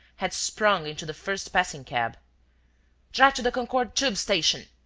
had sprung into the first passing cab drive to the concorde tube-station!